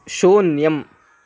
शून्यम्